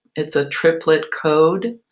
it's a triplet code,